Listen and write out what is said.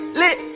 lit